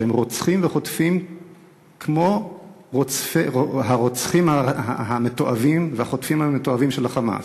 שהם רוצחים וחוטפים כמו הרוצחים המתועבים והחוטפים המתועבים של ה"חמאס"